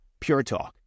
PureTalk